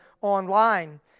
online